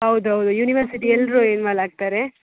ಹೌದ್ ಹೌದು ಯೂನಿವರ್ಸಿಟಿ ಎಲ್ಲರೂ ಇನ್ವಾಲ್ ಆಗ್ತಾರೆ